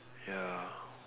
ya